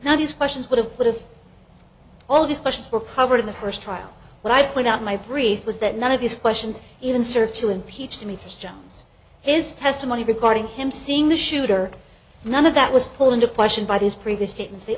now these questions would have could have all these questions were covered in the first trial when i point out my brief was that none of these questions even served to impeach to me was john's his testimony regarding him seeing the shooter none of that was pulling the question by these previous statements they